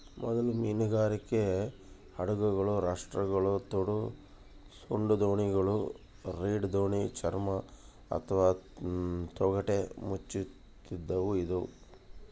ಮೊದಲ ಮೀನುಗಾರಿಕೆ ಹಡಗುಗಳು ರಾಪ್ಟ್ಗಳು ತೋಡುದೋಣಿಗಳು ರೀಡ್ ದೋಣಿ ಚರ್ಮ ಅಥವಾ ತೊಗಟೆ ಮುಚ್ಚಿದವು ಇದ್ವು